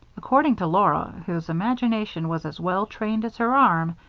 according to laura, whose imagination was as well trained as her arm,